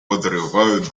подрывают